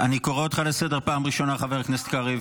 אני קורא אותך לסדר בפעם ראשונה, חבר הכנסת קריב.